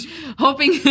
hoping